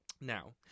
Now